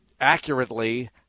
accurately